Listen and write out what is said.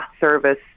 service